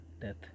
death